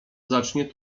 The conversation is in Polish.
zacznie